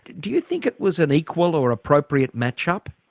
do you think it was an equal or appropriate match-up?